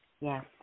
Yes